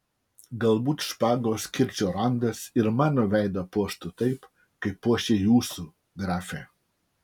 galbūt špagos kirčio randas ir mano veidą puoštų taip kaip puošia jūsų grafe